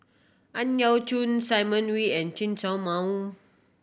Ang Yau Choon Simon Wee and Chen Show Mao